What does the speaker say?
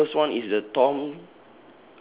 okay the first one is the tom